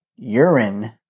Urine